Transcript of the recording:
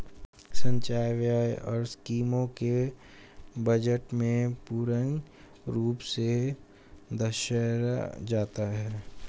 संचय व्यय और स्कीमों को बजट में पूर्ण रूप से दर्शाया जाता है